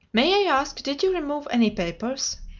may i ask, did you remove any papers?